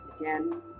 Again